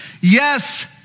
Yes